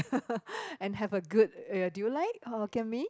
and have a good uh do you like Hokkien Mee